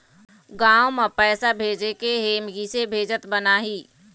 गांव म पैसे भेजेके हे, किसे भेजत बनाहि?